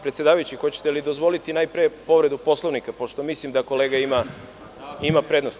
Predsedavajući, hoćete li dozvoliti prvo povredu Poslovnika, pošto mislim da kolega ima prednost?